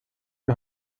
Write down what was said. die